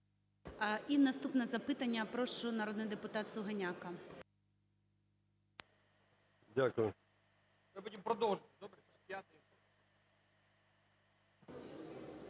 І наступне запитання, прошу, народний депутат Сугоняко.